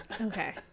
Okay